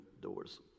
doors